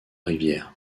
rivières